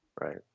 Right